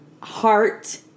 heart